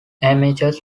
amateurs